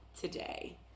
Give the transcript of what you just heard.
today